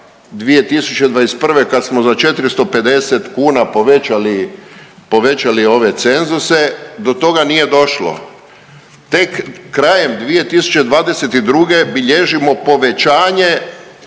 2021. kad smo za 450 kuna povećali ove cenzuse, do toga nije došlo. Tek krajem 2022. bilježimo povećanje